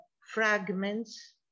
fragments